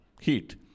heat